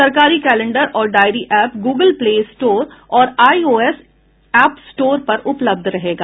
सरकारी कैलेंडर और diary app Google play store और आईओएस एप स्टोर पर उपलब्ध रहेगा